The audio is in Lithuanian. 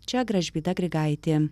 čia gražvyda grigaitė